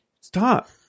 stop